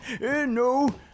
no